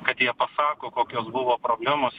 kad jie pasako kokios buvo problemos